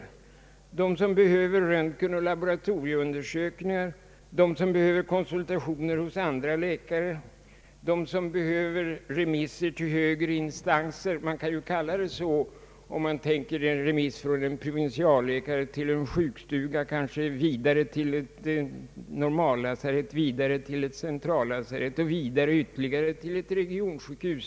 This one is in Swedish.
Jag tänker på dem som behöver röntgenoch laboratorieundersökningar, som behöver konsultera andra läkare, som behöver remisser till högre instanser — man kan kalla det så om man tänker sig att någon får remiss från provinsialläkare till sjukstuga, vidare till normallasarett, centrallasarett och slutligen till ett regionsjukhus.